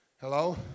Hello